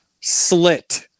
slit